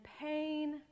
pain